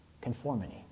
conformity